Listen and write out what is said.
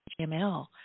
HTML